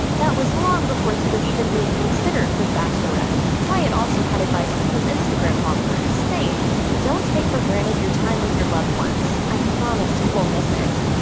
that was long before he was even being considered for the bachelorette. wyatt also had advice for his instagram followers, saying, don't take for granted your time with your loved ones. i promise you will miss it.